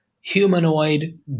humanoid